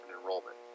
enrollment